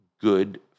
good